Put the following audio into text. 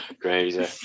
crazy